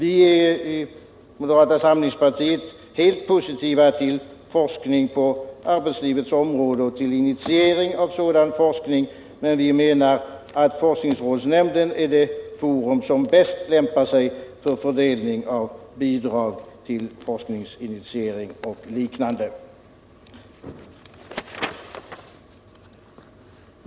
I moderata samlingspartiet är vi helt positiva till forskning på arbetslivets område och till initiering av sådan forskning, men vi menar att forskningsrådsnämnden är det forum som bäst lämpar sig för fördelning av bidrag till forskningsinitiering och liknande.